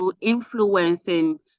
influencing